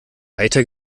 eiter